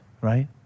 right